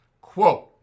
Quote